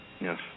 Yes